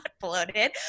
bloated